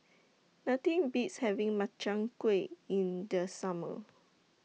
Nothing Beats having Makchang Gui in The Summer